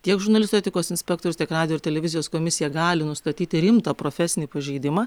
tiek žurnalistų etikos inspektorius tiek radijo ir televizijos komisija gali nustatyti rimtą profesinį pažeidimą